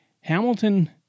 Hamilton